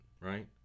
right